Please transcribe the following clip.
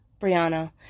Brianna